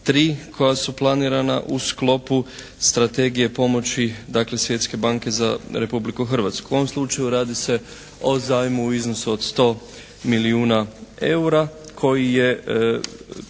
tri koja su planirana u sklopu strategije pomoći dakle Svjetske banke za Republiku Hrvatsku. U ovom slučaju radi se o zajmu u iznosu od 100 milijuna eura koji je